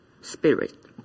spirit